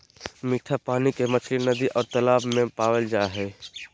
मिट्ठा पानी के मछली नदि और तालाब में पावल जा हइ